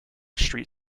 street